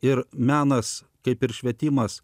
ir menas kaip ir švietimas